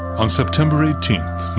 on september eighteenth,